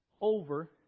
over